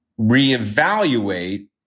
reevaluate